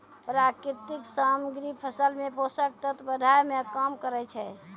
प्राकृतिक सामग्री फसल मे पोषक तत्व बढ़ाय में काम करै छै